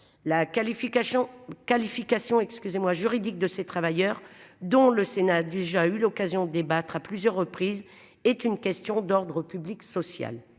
excusez-moi juridique de ces travailleurs dont le Sénat a déjà eu l'occasion de débattre à plusieurs reprises est une question d'ordre public social.